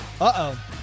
Uh-oh